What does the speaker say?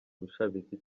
bushabitsi